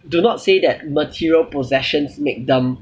do not say that material possessions make them